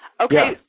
Okay